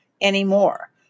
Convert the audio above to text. anymore